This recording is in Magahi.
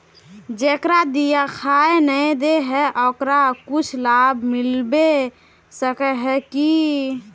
जेकरा दिखाय नय दे है ओकरा कुछ लाभ मिलबे सके है की?